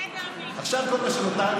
בסדר, בסדר.